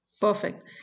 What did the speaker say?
Perfect